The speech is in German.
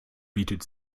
bietet